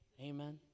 Amen